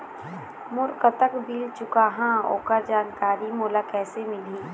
मोर कतक बिल चुकाहां ओकर जानकारी मोला कैसे मिलही?